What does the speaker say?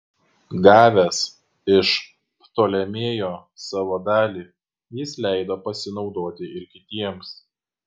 gavęs iš ptolemėjo savo dalį jis leido pasinaudoti ir kitiems